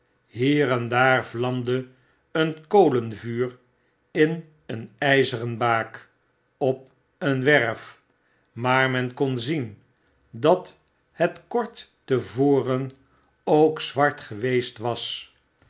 hier en daar vlamde een kolenvuur in een ijzeren baak op een werf maar men kon zien dat het kort te voren ook zwart geweest was